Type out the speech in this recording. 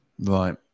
Right